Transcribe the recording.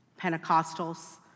Pentecostals